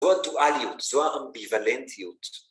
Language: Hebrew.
‫זו התואליות, זו האמביוולנטיות.